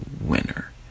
winner